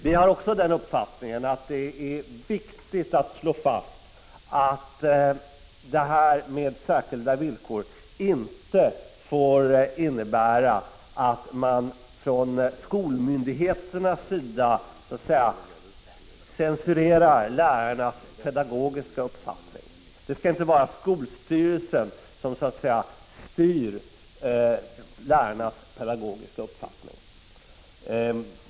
Vi har också den uppfattningen att det är viktigt att slå fast att detta med särskilda 14 villkor inte får innebära att skolmyndigheterna censurerar lärarnas pedago giska uppfattning. Det skall inte vara skolstyrelsen som styr lärarnas = Prot. 1985/86:49 pedagogiska uppfattning.